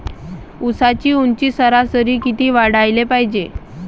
ऊसाची ऊंची सरासरी किती वाढाले पायजे?